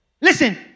Listen